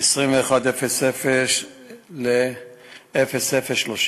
21:00 ל-00:30